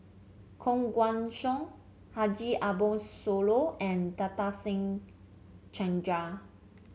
Koh Guan Song Haji Ambo Sooloh and Nadasen Chandra